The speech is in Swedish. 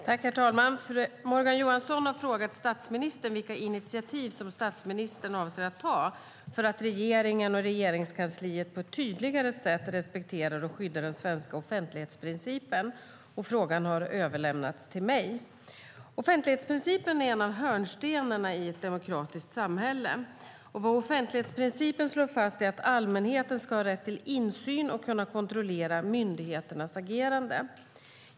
Herr talman! Morgan Johansson har frågat statsministern vilka initiativ som statsministern avser att ta för att regeringen och Regeringskansliet på ett tydligare sätt ska respektera och skydda den svenska offentlighetsprincipen. Frågan har överlämnats till mig. Offentlighetsprincipen är en av hörnstenarna i ett demokratiskt samhälle. Vad offentlighetsprincipen slår fast är att allmänheten ska ha rätt till insyn i och kunna kontrollera myndigheternas agerande.